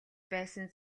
байсан